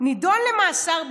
נידון למאסר בפועל,